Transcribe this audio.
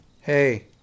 hey